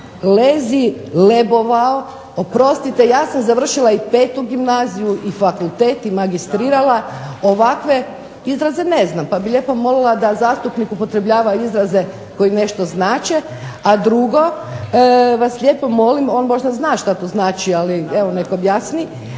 lezi, lebovao. Oprostite, ja sam završila i Petu gimnaziju i fakultet i magistrirala. Ovakve izraze ne znam, pa bih lijepo molila da zastupnik upotrebljava izraze koji nešto znače. A drugo vas lijepo molim, on možda zna što to znači, ali evo nek' objasni,